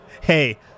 hey